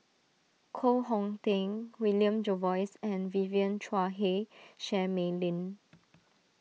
Koh Hong Teng William Jervois and Vivien Quahe Seah Mei Lin